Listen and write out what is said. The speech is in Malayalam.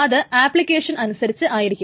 അത് ആപ്ലികേഷൻ അനുസരിച്ചായിരിക്കും